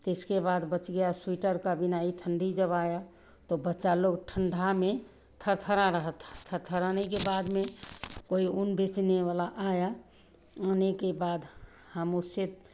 इसके बाद बच गया स्वेटर की बिनाइ ठण्डी जगह है तो बच्चा लोग ठण्डी में थरथरा रहा था थरथराने के बाद में कोई ऊन बेचने वाला आया आने के बाद हम उससे